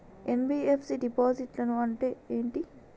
NBFC డిపాజిట్లను అంటే ఏంటి?